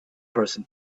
person